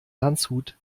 landshut